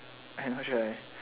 I not sure eh